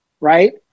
Right